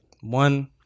One